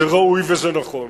זה ראוי וזה נכון.